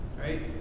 Right